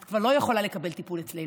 את כבר לא יכולה לקבל טיפול אצלנו,